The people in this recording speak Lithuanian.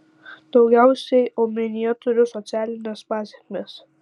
daugiausiai omenyje turiu socialines pasekmes